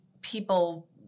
people